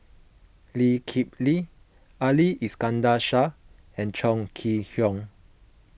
Lee Kip Lee Ali Iskandar Shah and Chong Kee Hiong